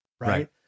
Right